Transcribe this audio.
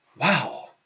wow